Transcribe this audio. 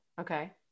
Okay